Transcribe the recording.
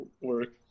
work